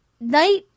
Night